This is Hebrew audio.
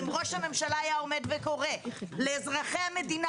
אם ראש הממשלה היה עומד וקורא לאזרחי המדינה